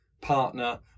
partner